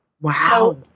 Wow